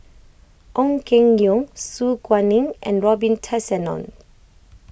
Ong Keng Yong Su Guaning and Robin Tessensohn